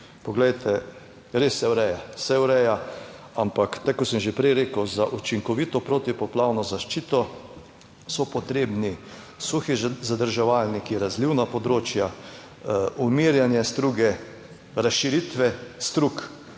Poglejte, res se ureja, se ureja, ampak tako kot sem že prej rekel, za učinkovito protipoplavno zaščito so potrebni suhi zadrževalniki, razlivna področja, umirjanje struge, razširitve strug,